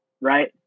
Right